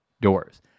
doors